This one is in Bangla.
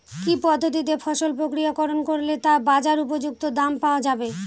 কি পদ্ধতিতে ফসল প্রক্রিয়াকরণ করলে তা বাজার উপযুক্ত দাম পাওয়া যাবে?